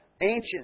ancient